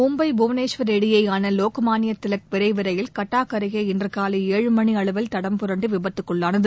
மும்பை புவனேஸ்வர் இடையேயான வோக் மானிய திலக் விரைவு ரயில் கட்டாக் அருகே இன்று காலை ஏழு மணி அளவில் தடம் புரண்டு விபத்துக்குள்ளானது